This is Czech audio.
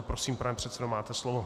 Prosím, pane předsedo, máte slovo.